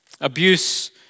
Abuse